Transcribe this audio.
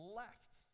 left